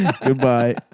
Goodbye